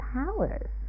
powers